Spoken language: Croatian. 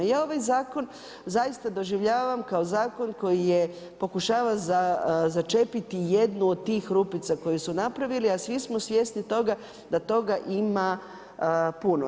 Ja ovaj zakon zaista doživljavam kao zakon koji pokušava začepiti jednu od tih rupica koju su napravili a svi smo svjesni toga da toga ima puno.